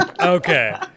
Okay